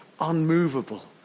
Unmovable